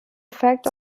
effect